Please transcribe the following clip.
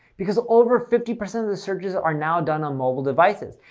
because over fifty percent of the searches are now done on mobile devices.